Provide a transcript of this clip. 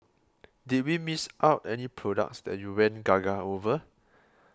did we miss out any products that you went gaga over